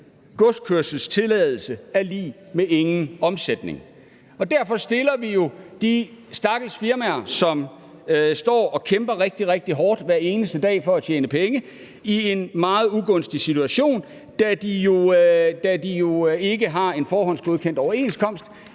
godskørselstilladelse er lig med ingen omsætning, og derfor stiller vi jo de stakkels firmaer, som kæmper rigtig, rigtig hårdt hver eneste dag for at tjene penge, i en meget ugunstig situation, da de jo ikke har en forhåndsgodkendt overenskomst